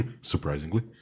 Surprisingly